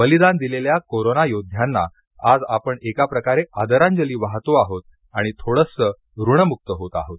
बलिदान दिलेल्या कोरोंना योध्याना आज आपण एका प्रकारे आदरांजली वाहतो आहोत आणि थोडसं ऋण मुक्त होत आहोत